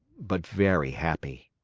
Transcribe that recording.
but very happy.